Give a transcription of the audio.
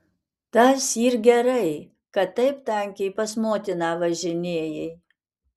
tas yr gerai kad taip tankiai pas motiną važinėjai